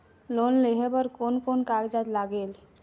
Loan लेहे बर कोन कोन कागजात लागेल?